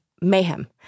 mayhem